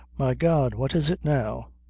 my god! what is it now?